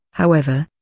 however,